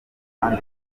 kandi